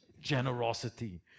generosity